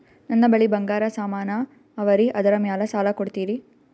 ನನ್ನ ಬಳಿ ಬಂಗಾರ ಸಾಮಾನ ಅವರಿ ಅದರ ಮ್ಯಾಲ ಸಾಲ ಕೊಡ್ತೀರಿ?